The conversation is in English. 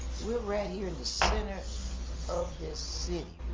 we're right here in the center of this city.